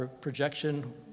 projection